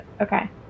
Okay